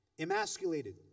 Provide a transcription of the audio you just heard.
emasculated